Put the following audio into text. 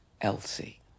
Elsie